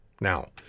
Now